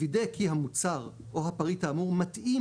וידא כי המוצר או הפריט האמור מתאים